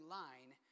line